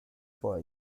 for